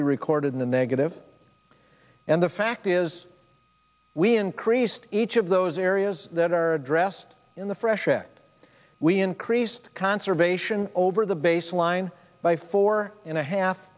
be recorded in the negative and the fact is we increased each of those areas that are addressed in the fresh air act we increased conservation over the baseline by four and a half